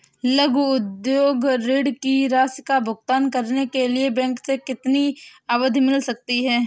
लघु उद्योग ऋण की राशि का भुगतान करने के लिए बैंक से कितनी अवधि मिल सकती है?